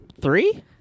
Three